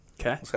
Okay